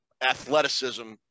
athleticism